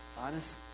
honest